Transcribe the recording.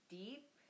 deep